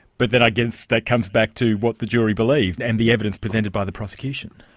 but then i guess that comes back to what the jury believe, and and the evidence presented by the prosecution.